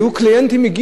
אבל הם לא קנו בחנות,